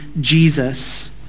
Jesus